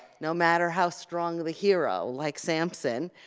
no matter how strong the hero, like sampson,